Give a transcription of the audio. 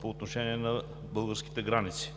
по отношение на българските граници.